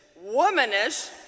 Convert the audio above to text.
womanish